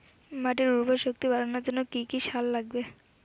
মাটির উর্বর শক্তি বাড়ানোর জন্য কি কি সার লাগে?